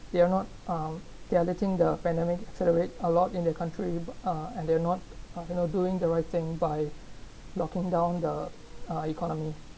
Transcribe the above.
they are not um they are letting the pandemic accelerate a lot in the country uh and they're not doing the right thing by locking down the uh economy